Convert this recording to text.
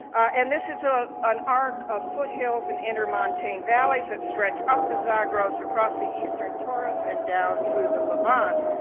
and this is ah an arc of foothills and inner montane valleys that stretch up the zagros across the eastern taurus and down through the levant.